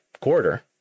quarter